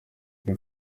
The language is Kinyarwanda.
iri